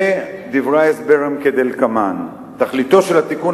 ודברי ההסבר הם כדלקמן: תכליתו של התיקון